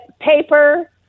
paper